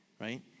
right